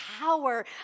power